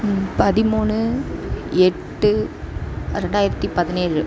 பதிமூணு எட்டு ரெண்டாயிரத்தி பதினேழு